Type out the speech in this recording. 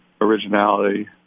originality